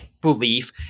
belief